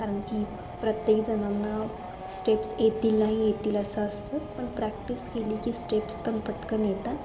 कारण की प्रत्येक जणांना स्टेप्स येतील नाही येतील असं असतं पण प्रॅक्टिस केली की स्टेप्स पण पटकन येतात